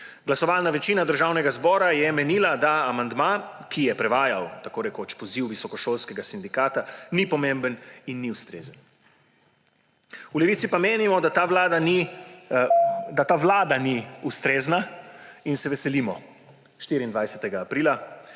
Glasovalna večina Državnega zbora je menila, da amandma, ki je prevajal tako rekoč poziv visokošolskega sindikata, ni pomemben in ni ustrezen. V Levici pa menimo, da ta vlada ni ustrezna, in se veselimo 24. aprila.